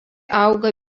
auga